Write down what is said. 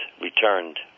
returned